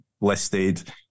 listed